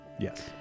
Yes